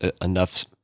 enough